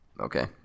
Okay